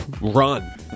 run